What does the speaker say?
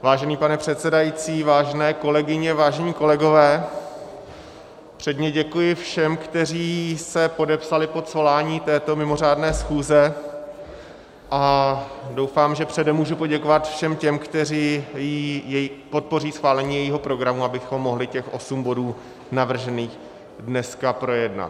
Vážený pane předsedající, vážené kolegyně, vážení kolegové, předně děkuji všem, kteří se podepsali pod svolání této mimořádné schůze, a doufám, že předem můžu poděkovat všem těm, kteří podpoří schválení jejího programu, abychom mohli těch osm bodů navržených dneska projednat.